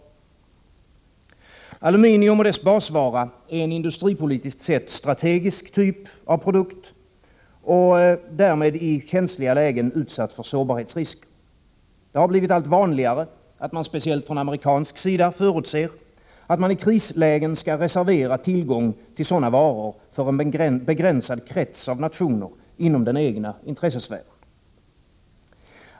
ningen Aluminium och dess basvara är en industripolitiskt sett strategisk typ av produkt och därmed i känsliga lägen utsatt för sårbarhetsrisker. Det har blivit allt vanligare att man, speciellt från amerikansk sida, räknar med att i krislägen reservera tillgång till sådana varor för en begränsad krets av nationer inom den egna intressesfären.